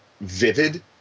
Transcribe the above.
Vivid